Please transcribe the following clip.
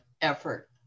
effort